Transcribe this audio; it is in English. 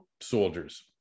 soldiers